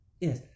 yes